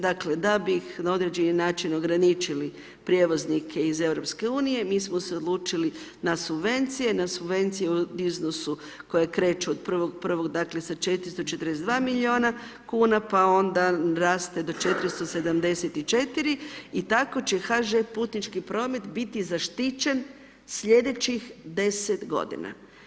Dakle, da bi na određeni način ograničili prijevoznike iz EU-a, mi smo se odlučili na subvencije, na subvencije u iznosu koje kreće 1.1., dakle sa 442 milijuna kuna pa onda raste do 474, i tako će HŽ putnički promet biti zaštićen slijedećih 10 godina.